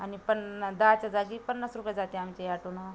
आणि पन्न दहाच्या जागी पन्नास रूपये जाते आमचे आटोनं